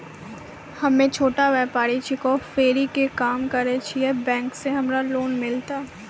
हम्मे छोटा व्यपारी छिकौं, फेरी के काम करे छियै, बैंक से हमरा लोन मिलतै?